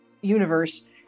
universe